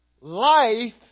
life